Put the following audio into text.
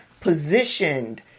positioned